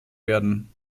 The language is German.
werden